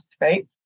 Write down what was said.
Right